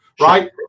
Right